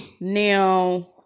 Now